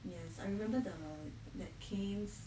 yes I remember the that cairns